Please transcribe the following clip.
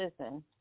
listen